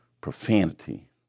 profanity